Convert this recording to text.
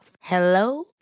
Hello